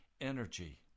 energy